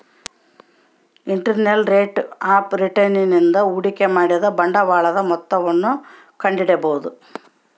internal rate of return ನಿಂದ ಹೂಡಿಕೆ ಮಾಡಿದ ಬಂಡವಾಳದ ಮೊತ್ತವನ್ನು ಕಂಡಿಡಿಬೊದು